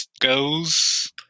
goes